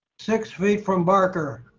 six feet from barker.